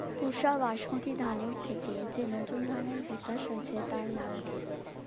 পুসা বাসমতি ধানের থেকে যে নতুন ধানের বিকাশ হয়েছে তার নাম কি?